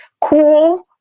cool